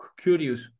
curious